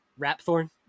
Rapthorn